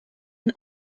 and